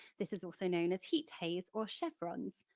this is also known as heat haze or chevron's.